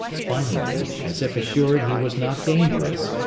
finally, as if assured he was not dangerous,